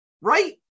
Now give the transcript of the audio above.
right